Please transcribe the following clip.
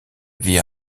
vit